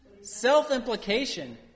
Self-implication